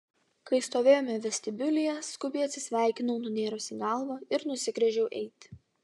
kai stovėjome vestibiulyje skubiai atsisveikinau nunėrusi galvą ir nusigręžiau eiti